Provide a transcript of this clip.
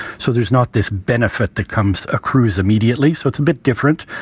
so there's not this benefit that comes accrues immediately. so it's a bit different.